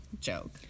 joke